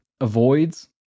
avoids